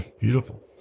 Beautiful